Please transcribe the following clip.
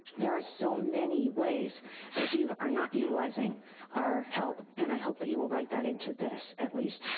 there are so many ways that you are not utilizing our help. and i hope that you will write that into this at least,